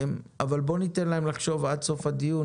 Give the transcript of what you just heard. אבל בואו ניתן להם לחשוב עד לסוף הדיון